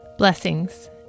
Blessings